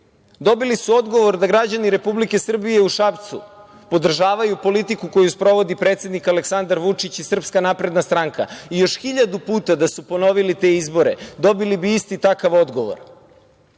Dobili su odgovor da građani Republike Srbije u Šapcu podržavaju politiku koju sprovodi predsednik Aleksandar Vučić i SNS. I još hiljadu puta da su ponovili te izbore dobili bi isti takav odgovor. Dakle,